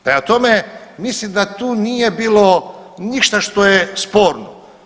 Prema tome, mislim da tu nije bilo ništa što je sporno.